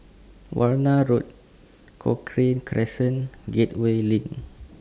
Warna Road Cochrane Crescent and Gateway LINK